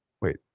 Wait